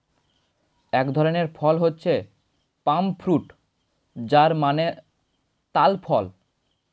এক ধরনের ফল হচ্ছে পাম ফ্রুট যার মানে তাল ফল